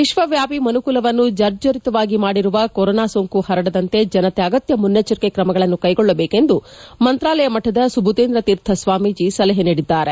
ವಿಶ್ವವ್ಯಾಪಿ ಮನುಕುಲವನ್ನು ಜರ್ಜರಿತವಾಗಿ ಮಾಡಿರುವ ಕೊರೊನಾ ಸೋಂಕು ಹರಡದಂತೆ ಜನತೆ ಅಗತ್ಯ ಮುನ್ನೆಚ್ಚರಿಕೆ ಕ್ರಮಗಳನ್ನು ಕೈಗೊಳ್ಳಬೇಕೆಂದು ಮಂತ್ರಾಲಯ ಮಠದ ಸುಭುದೇಂದ್ರ ತೀರ್ಥ ಸ್ವಾಮೀಜಿ ಸಲಹೆ ನೀಡಿದ್ದಾರೆ